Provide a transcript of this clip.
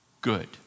Good